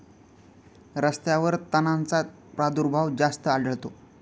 रस्त्यांवर तणांचा प्रादुर्भाव जास्त आढळतो